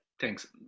thanks